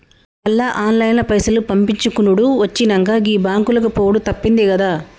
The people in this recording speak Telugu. మళ్ల ఆన్లైన్ల పైసలు పంపిచ్చుకునుడు వచ్చినంక, గీ బాంకులకు పోవుడు తప్పిందిగదా